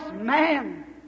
man